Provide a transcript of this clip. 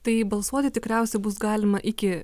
tai balsuoti tikriausiai bus galima iki